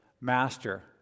master